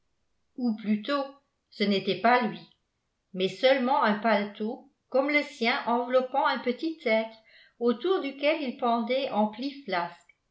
ou plutôt ce n'était pas lui mais seulement un paletot comme le sien enveloppant un petit être autour duquel il pendait en plis